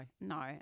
no